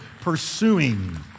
pursuing